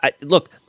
Look